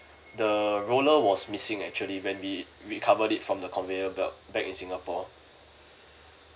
the roller was missing actually when we we recovered it from the conveyor belt back in singapore